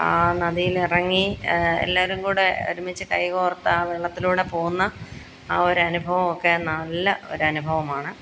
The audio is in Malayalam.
നദിയിലിറങ്ങി എല്ലാവരുംകൂടൊരുമിച്ച് കൈ കോർത്താ വെള്ളത്തിലൂടെ പോകുന്ന ആ ഒരനുഭവമൊക്കെ നല്ല ഒരനുഭവമാണ്